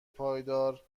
پایدار